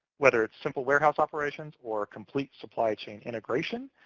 whether it's simple warehouse operations or complete supply chain integration,